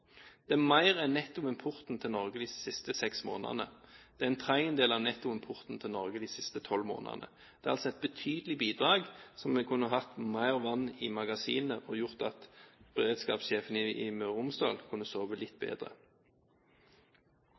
Det er mer enn nettoimporten til Norge de siste seks månedene. Det er en tredjedel av nettoimporten til Norge de siste tolv månedene. Det er altså et betydelig bidrag, som kunne gjort at vi hadde hatt mer vann i magasinene, og gjort at beredskapssjefen i Møre og Romsdal hadde kunnet sove litt bedre.